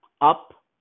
up